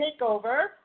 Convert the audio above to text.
TakeOver